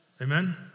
Amen